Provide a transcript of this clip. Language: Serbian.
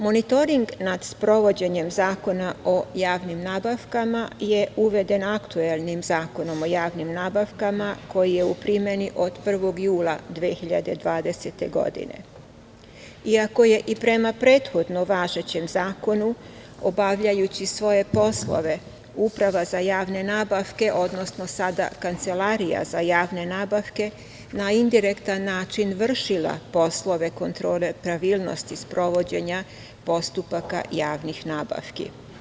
Monitoring nad sprovođenjem Zakona o javnim nabavkama je uveden aktuelnim Zakonom o javnim nabavkama, koji je u primeni od 1. jula 2020. godine, iako je i prema prethodno važećem zakonu obavljajući svoje poslove Uprava za javne nabavke, odnosno sada Kancelarija za javne nabavke na indirektan način vršila poslove pravilnosti sprovođenja postupaka javnih nabavki.